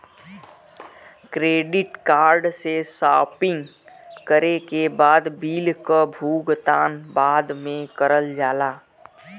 credit card से shopping करे के बाद बिल क भुगतान बाद में करल जाला